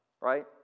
right